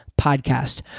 Podcast